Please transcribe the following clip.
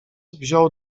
wziął